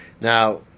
Now